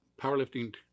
powerlifting